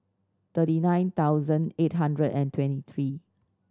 thirty nine thousand eight hundred and twenty three